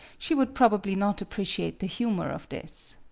she would probably not appreciate the humor of this.